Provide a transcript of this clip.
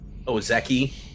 Ozeki